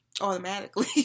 automatically